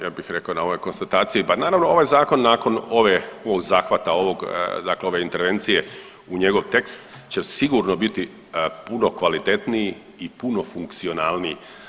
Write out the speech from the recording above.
ja bih rekao na ovoj konstataciji, pa naravno ovaj zakon nakon ove, ovog zahvata ovoga dakle ove intervencije u njegov tekst će sigurno biti puno kvalitetniji i puno funkcionalniji.